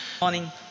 morning